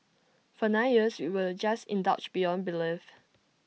for nine years we were just indulged beyond belief